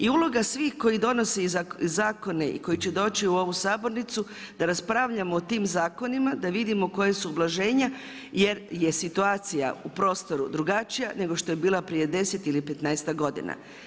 I uloga svih koji donose zakone i koji će doći u ovu sabornicu da raspravljamo o tim zakonima, da vidimo koja su ublaženja jer je situaciju u prostoru drugačija nego što je bilo prije 10 ili petnaestak godina.